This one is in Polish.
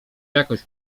jakąś